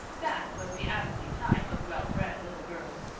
that was the avonlea type of well-bred little girl.